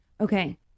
Okay